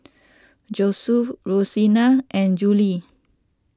Josue Rosina and Jolie